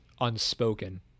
unspoken